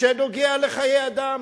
שנוגע לחיי אדם?